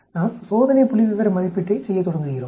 நாம் சோதனை புள்ளிவிவர மதிப்பீட்டைச் செய்யத் தொடங்குகிறோம்